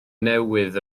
newydd